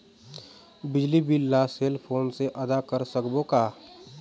बिजली बिल ला cell phone से आदा कर सकबो का?